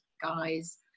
guys